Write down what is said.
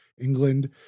England